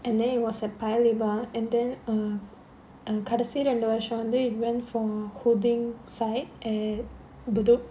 and then it was at paya lebar and then err err கடைசி ரெண்டு வருஷம் வந்து:kadaisi rendu varusham vandhu we went for coding side at bedok